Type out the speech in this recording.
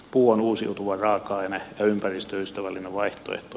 puu on uusiutuva raaka aine ja ympäristöystävällinen vaihtoehto